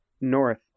north